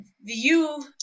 view